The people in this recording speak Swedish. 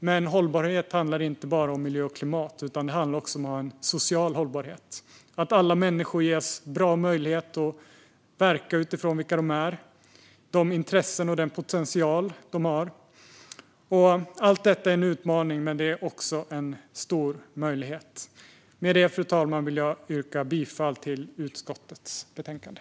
Men hållbarhet handlar inte bara om miljö och klimat, utan det handlar också om social hållbarhet och om att alla människor ges bra möjlighet att verka utifrån vilka de är och de intressen och den potential de har. Allt detta är en utmaning, men det är också en stor möjlighet. Med detta vill jag yrka bifall till utskottets förslag.